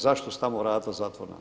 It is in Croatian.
Zašto su tamo vrata zatvorena?